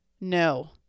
No